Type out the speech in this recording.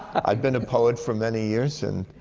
i'd been a poet for many years, and